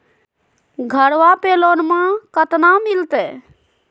घरबा पे लोनमा कतना मिलते?